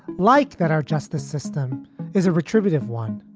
like that, our justice system is a retributive one.